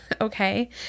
Okay